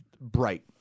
bright